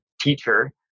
teacher